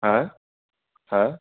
হ্যাঁ হ্যাঁ